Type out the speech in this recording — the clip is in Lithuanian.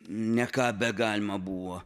ne ką begalima buvo